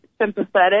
sympathetic